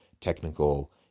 technical